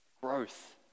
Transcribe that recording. growth